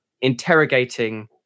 interrogating